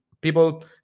people